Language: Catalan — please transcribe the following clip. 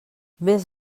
més